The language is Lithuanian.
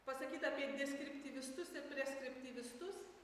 pasakyta apie deskriptyvistus ir preskriptyvistus